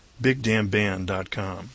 BigDamnBand.com